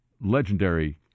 legendary